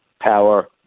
power